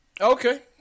Okay